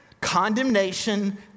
condemnation